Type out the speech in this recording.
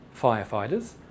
firefighters